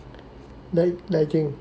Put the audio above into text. lag lagging